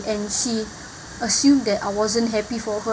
and she assume that I wasn't happy for her